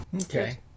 Okay